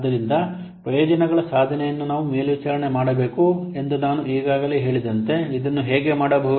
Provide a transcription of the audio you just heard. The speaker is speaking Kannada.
ಆದ್ದರಿಂದ ಪ್ರಯೋಜನಗಳ ಸಾಧನೆಯನ್ನು ನಾವು ಮೇಲ್ವಿಚಾರಣೆ ಮಾಡಬೇಕು ಎಂದು ನಾನು ಈಗಾಗಲೇ ಹೇಳಿದಂತೆ ಇದನ್ನು ಹೇಗೆ ಮಾಡಬಹುದು